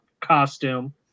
costume